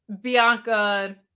bianca